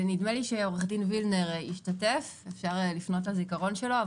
נדמה לי שעו"ד וילנר השתתף אפשר לפנות לזיכרון שלו,